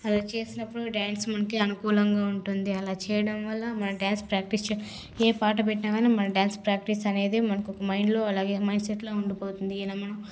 అలా చేసినప్పుడు డ్యాన్స్ మనకి అనుకూలంగా ఉంటుంది అలా చేయడం వల్ల మన డ్యాన్స్ ప్రాక్టీస్ ఏ పాట పెట్టిన కాని మనం డ్యాన్స్ ప్రాక్టీస్ అనేది మనకు మైండ్లో అలాగే మన మైండ్ సెట్లో ఉండిపోతుంది ఇలా మన